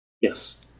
Yes